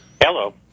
Hello